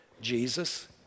Jesus